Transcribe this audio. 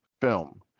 film